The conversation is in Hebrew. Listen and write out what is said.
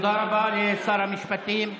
תודה רבה לשר המשפטים.